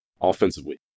offensively